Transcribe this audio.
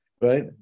right